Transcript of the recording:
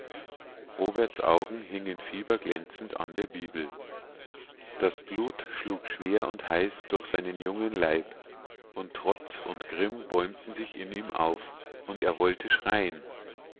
roberts augen hingen fieberglänzend an der bibel das blut schlug schwer und heiß durch seinen jungen leib und trotz und grimm bäumten sich in ihm auf und er wollte schreien